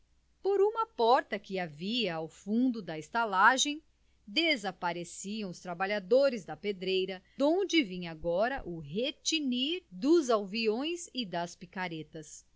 por uma porta que havia ao fundo da estalagem desapareciam os trabalhadores da pedreira donde vinha agora o retinir dos alviões e